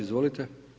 Izvolite.